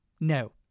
No